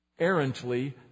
errantly